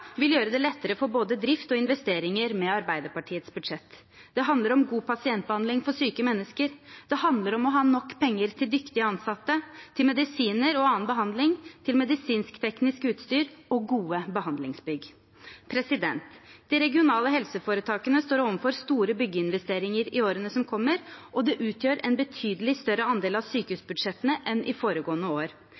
vil gjøre det lettere for både drift og investeringer. Det handler om god pasientbehandling for syke mennesker, og det handler om å ha nok penger til dyktige ansatte, til medisiner og annen behandling og til medisinskteknisk utstyr og gode behandlingsbygg. De regionale helseforetakene står overfor store byggeinvesteringer i årene som kommer, og det utgjør en betydelig større andel av sykehusbudsjettene enn i foregående år.